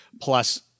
plus